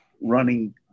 running